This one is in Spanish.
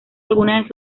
algunas